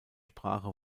sprache